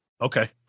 Okay